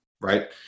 Right